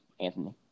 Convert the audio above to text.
Anthony